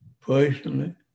personally